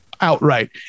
outright